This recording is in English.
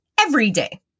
everyday